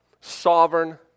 sovereign